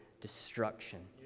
destruction